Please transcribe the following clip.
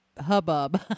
hubbub